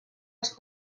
els